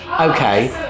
okay